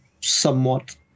somewhat